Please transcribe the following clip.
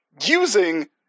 using